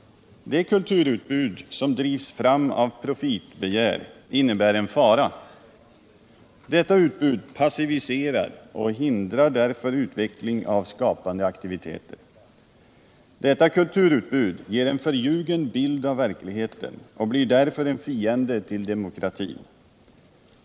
Det kulturutbud som drivs fram av profitbegär innebär en fara. Torsdagen den Detta utbud passiviserar och hindrar därför utveckling av skapande aktivi 9 mars 1978 teter. Detta kulturutbud ger en förljugen bild av verkligheten och blir därför | en fiende till demokratin.